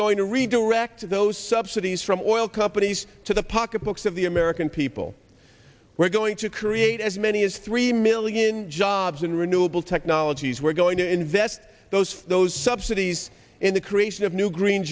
going to redirect those subsidies from oil companies to the pocketbooks of the american people we're going to create as many as three million jobs in renewable technologies we're going to invest those those subsidies in the creation of new green